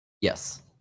Yes